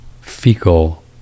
fecal